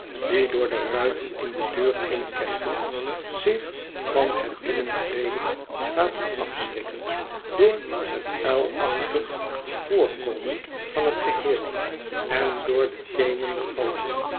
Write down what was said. die door de ruiten in de deur inkijken zich van het binnentreden laten afschrikken door het uilachtig voorkomen van het geheel en door den temenden galm